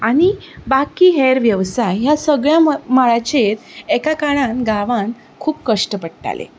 आनी बाकी हेर वेवसाय ह्या सगळ्या मळांचेर एका काळांत गावांत खूब कश्ट पडटाले